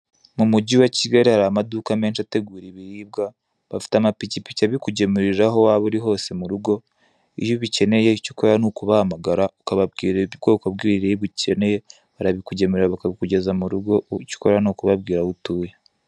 Mu mujyi wa Kigali hari amaduka menshi ategura ibiribwa. Bafite amapikipiki abikugemurira aho waba uri hose mu rugo. Iyo uyikeneye icyo ukora ni ukubahamagara, ukababwira ubwoko bw'ibiribwa ukeneye. Barabikugemurira bakabikugereza mu rugo, icyo ukora ni ukubabwira aho utuye.